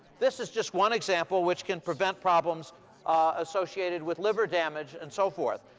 this is just one example, which can prevent problems associated with liver damage and so forth.